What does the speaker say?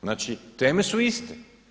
Znači, teme su iste.